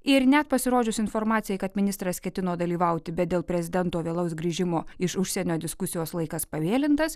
ir net pasirodžius informacijai kad ministras ketino dalyvauti bet dėl prezidento vėlaus grįžimo iš užsienio diskusijos laikas pavėlintas